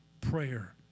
prayer